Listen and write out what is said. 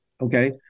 okay